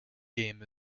game